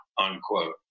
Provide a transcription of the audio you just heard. unquote